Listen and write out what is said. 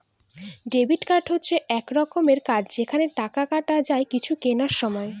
debit card হচ্ছে এক রকমের কার্ড যেখানে টাকা কাটা যায় কিছু কেনার সময়